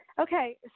Okay